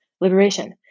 liberation